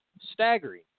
Staggering